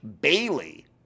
Bailey